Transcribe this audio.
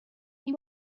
این